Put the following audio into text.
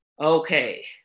Okay